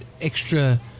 extra